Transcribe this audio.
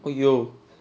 would you